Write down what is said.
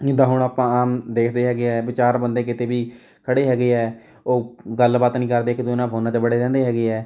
ਜਿੱਦਾਂ ਹੁਣ ਆਪਾਂ ਦੇਖਦੇ ਹੈਗੇ ਹੈ ਵੀ ਚਾਰ ਬੰਦੇ ਕਿਤੇ ਵੀ ਖੜ੍ਹੇ ਹੈਗੇ ਹੈ ਉਹ ਗੱਲਬਾਤ ਨਹੀਂ ਕਰਦੇ ਇੱਕ ਦੂਜੇ ਨਾਲ ਫੋਨਾਂ 'ਚ ਵੜੇ ਰਹਿੰਦੇ ਹੈਗੇ ਹੈ